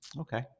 Okay